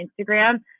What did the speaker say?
Instagram